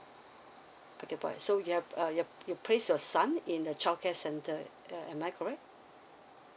okay boy so you have yup you place your son in the childcare center uh am I correct